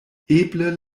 eble